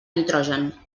nitrogen